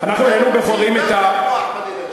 אחמדינג'אד.